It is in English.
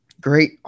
great